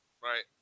right